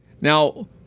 Now